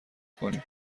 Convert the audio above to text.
کنیم